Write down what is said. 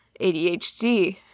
ADHD